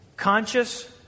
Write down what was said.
Conscious